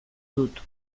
dut